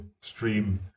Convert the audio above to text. stream